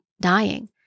dying